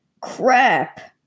crap